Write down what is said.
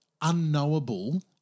unknowable